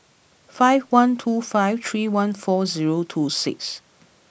five one two five three one four zero two six